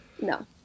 no